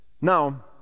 Now